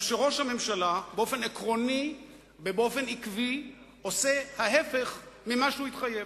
הוא שראש הממשלה באופן עקרוני ובאופן עקבי עושה ההיפך ממה שהוא התחייב.